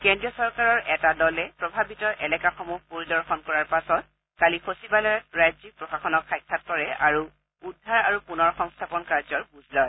কেন্দ্ৰীয় চৰকাৰৰ এটা দলে প্ৰভাৱিত এলেকাসমূহ পৰিদৰ্শন কৰাৰ পাছত কালি সচিবালয়ত ৰাজ্যিক প্ৰশাসনক সাক্ষাৎ কৰে আৰু উদ্ধাৰ আৰু পুনৰ সংস্থাপন কাৰ্যৰ বুজ লয়